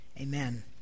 amen